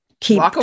keep